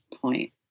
point